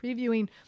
previewing